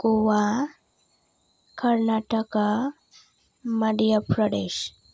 Goa Karnataka Madhya Pradesh